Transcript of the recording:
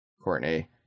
Courtney